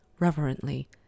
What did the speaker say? reverently